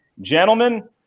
Gentlemen